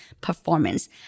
performance